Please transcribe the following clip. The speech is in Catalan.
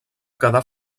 quedar